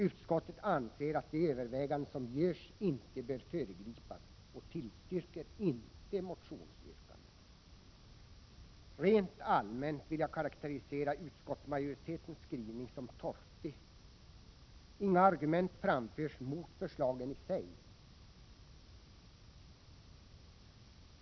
Utskottet anser att de överväganden som görs inte bör föregripas och tillstyrker inte motionsyrkandena. Rent allmänt vill jag karakterisera utskottsmajoritetens skrivning som torftig. Inga argument framförs mot förslagen i sig.